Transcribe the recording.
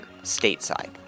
stateside